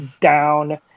down